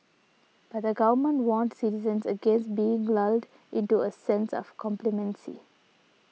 but the Government warned citizens against being lulled into a sense of complacency